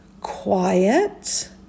quiet